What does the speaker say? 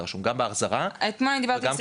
גם בהחזרה וגם בערעור.